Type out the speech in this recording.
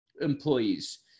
employees